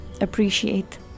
appreciate